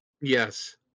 Yes